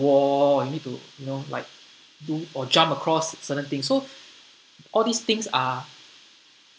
wall you need to you know like do or jump across certain things so all these things are